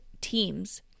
teams